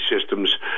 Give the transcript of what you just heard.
systems